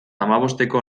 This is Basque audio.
hamabosteko